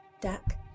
duck